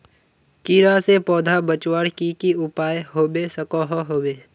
कीड़ा से पौधा बचवार की की उपाय होबे सकोहो होबे?